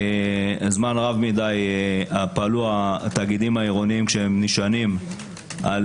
זמן רב מדיי פעלו התאגידים העירוניים כשהם נשענים על